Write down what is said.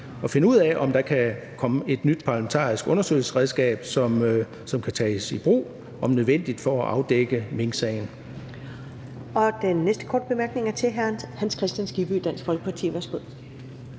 at finde ud af, om der kan komme et nyt parlamentarisk undersøgelsesredskab, som kan tages i brug, om nødvendigt, for at afdække minksagen.